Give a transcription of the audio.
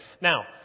now